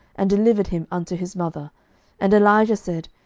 and delivered him unto his mother and elijah said,